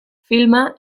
filma